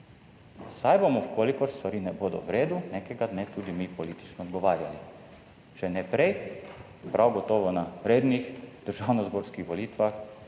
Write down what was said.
Saj bomo, v kolikor stvari ne bodo v redu, nekega dne tudi mi politično odgovarjali. Če ne prej, prav gotovo na rednih državnozborskih volitvah